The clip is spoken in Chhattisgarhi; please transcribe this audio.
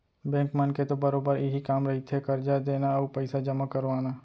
बेंक मन के तो बरोबर इहीं कामे रहिथे करजा देना अउ पइसा जमा करवाना